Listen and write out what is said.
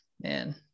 man